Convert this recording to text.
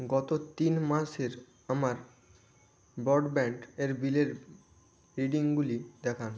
গত তিন মাসের আমার ব্রডব্যান্ড এর বিলের রিডিংগুলি দেখান